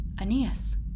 Aeneas